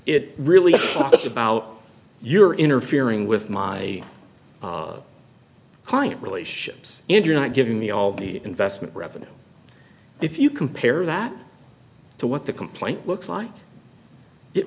it really talked about you're interfering with my client relationships and you're not giving me all the investment revenue if you compare that to what the complaint looks like it